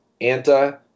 Anta